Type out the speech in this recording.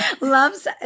loves